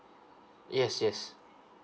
yes yes